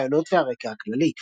הרעיונות והרקע הכללי.